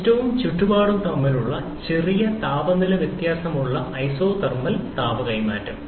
സിസ്റ്റവും ചുറ്റുപാടും തമ്മിലുള്ള ചെറിയ താപനില വ്യത്യാസമുള്ള ഐസോതെർമൽ താപ കൈമാറ്റം